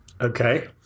Okay